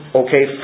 okay